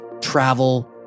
travel